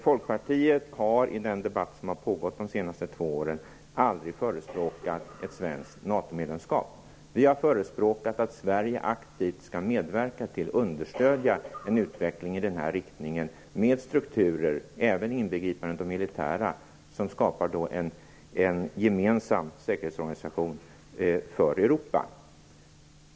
Folkpartiet har, i den debatt som pågått de senaste två åren, aldrig förespråkat ett svenskt NATO medlemskap. Vi har förespråkat att Sverige aktivt skall medverka till att understödja en utveckling i riktning mot strukturer, även militära, som skapar en gemensam säkerhetsorganisation för Europa.